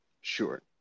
Sure